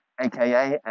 AKA